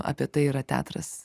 apie tai yra teatras